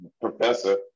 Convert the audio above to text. professor